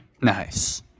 Nice